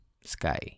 sky